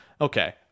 okay